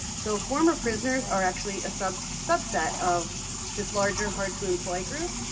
so former prisoners are actually a subset subset of this larger hard to employ group,